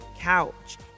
couch